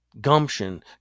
gumption